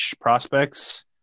prospects